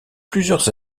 plusieurs